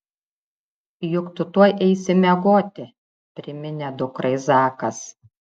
juk tu tuoj eisi miegoti priminė dukrai zakas